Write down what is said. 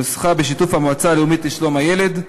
שנוסחה בשיתוף עם המועצה הלאומית לשלום הילד,